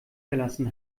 verlassen